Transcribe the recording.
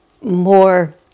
more